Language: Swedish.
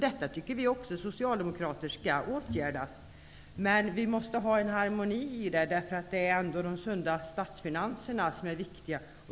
Detta tycker också vi socialdemokrater skall åtgärdas. Men det måste vara harmoni i det hela, därför att det är ändå de sunda statsfinanserna som är viktiga.